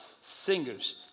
singers